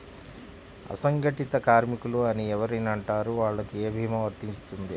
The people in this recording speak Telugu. అసంగటిత కార్మికులు అని ఎవరిని అంటారు? వాళ్లకు ఏ భీమా వర్తించుతుంది?